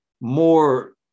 more